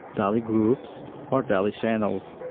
dali groups or dali channels,